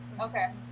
Okay